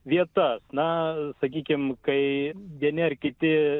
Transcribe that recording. vietas na sakykim kai vieni ar kiti